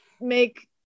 Make